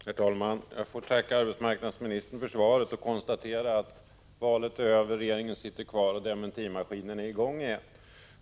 Herr talman! Jag får tacka arbetsmarknadsministern för svaret. Jag konstaterar att valet är över, regeringen sitter kvar och dementimaskinen är i gång igen.